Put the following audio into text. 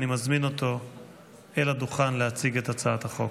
ואני מזמין אותו אל הדוכן להציג את הצעת החוק.